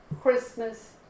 Christmas